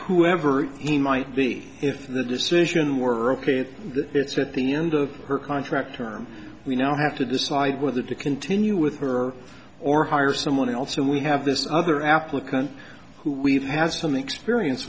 whoever he might be if the decision were open at the end of her contract term we now have to decide whether to continue with her or hire someone else so we have this other applicant who we've had some experience